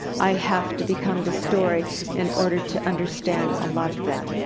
i have to become the story in order to understand a lot of that.